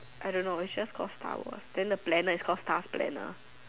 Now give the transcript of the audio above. I don't know it's just called Star Wars then the planner is called star planner